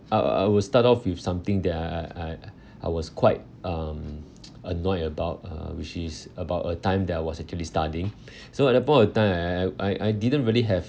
I'll I will start off with something that I I I I was quite um annoyed about uh which is about a time that I was actually studying so at that point of time I I I I I didn't really have